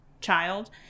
child